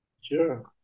Sure